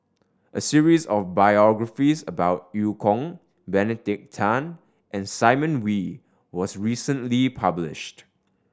a series of biographies about Eu Kong Benedict Tan and Simon Wee was recently published